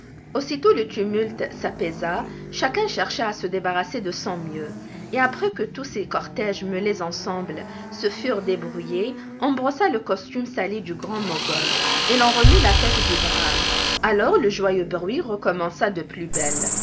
aussitôt le tumulte s'apaisa chacun chercha à se débarrasser de son mieux et après que tous ces cortéges mêlés ensemble se furent débrouillés on brossa le costume sali du grand mogol et l'on remit la tête du brame alors le joyeux bruit recommença de plus belle